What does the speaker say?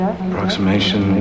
Approximation